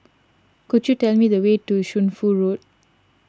could you tell me the way to Shunfu Road